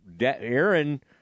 Aaron